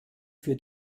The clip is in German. für